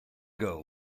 girl